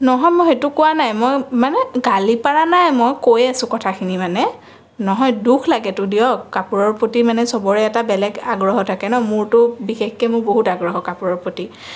নহয় মই সেইটো কোৱা নাই মই মানে গালি পৰা নাই মই কৈ আছোঁ কথাখিনি মানে নহয় দুখ লাগেতো দিয়ক কাপোৰৰ প্ৰতি মানে সবৰে এটা বেলেগ আগ্ৰহ থাকে ন' মোৰতো বিশেষকৈ মোৰ বহুত আগ্ৰহ কাপোৰৰ প্ৰতি